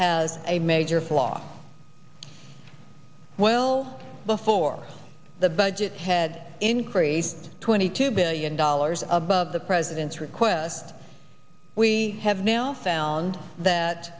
has a major flaw well before the budget had increased twenty two billion dollars above the president's request we have now found that